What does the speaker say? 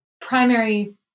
primary